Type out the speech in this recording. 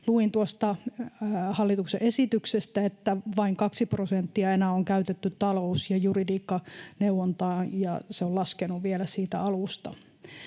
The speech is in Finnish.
tuosta hallituksen esityksestä, että vain kaksi prosenttia enää on käytetty talous‑ ja juridiikkaneuvontaa ja se on laskenut vielä siitä alusta.